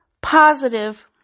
positive